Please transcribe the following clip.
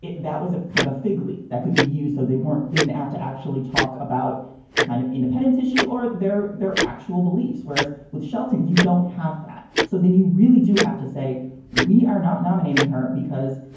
that was a kind of fig leaf that could be used. so they weren't didn't have to actually talk about the kind of independence issue or their their actual beliefs. whereas with shelton, you don't have that. so then you really do have to say we are not nominating her because,